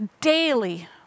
daily